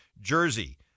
Jersey